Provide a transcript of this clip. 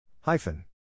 hyphen